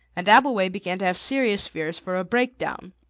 and abbleway began to have serious fears for a breakdown.